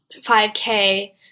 5K